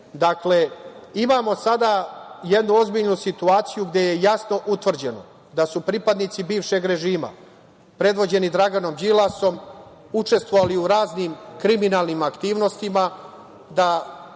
sada imamo jednu ozbiljnu situaciju gde je jasno utvrđeno da su pripadnici bivšeg režima, predvođeni Draganom Đilasom, učestvovali u raznim kriminalnim aktivnostima da